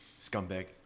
Scumbag